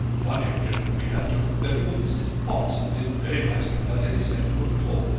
one young gentleman we had took a bedroom at mrs. pott's, and did very nicely without any second room at all.